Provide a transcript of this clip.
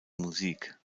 musik